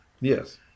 yes